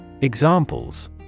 Examples